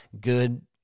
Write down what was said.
good